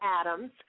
Adams